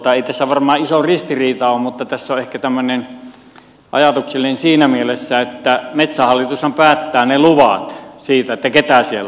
ei tässä varmaan iso ristiriita ole mutta ehkä tämmöinen ajatuksellinen siinä mielessä että metsähallitushan päättää ne luvat siitä ketä siellä on